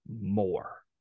more